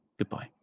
Goodbye